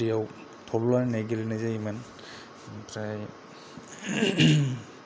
दैयाव थब्ल'लायनाय गेलेनाय जायोमोन ओमफ्राय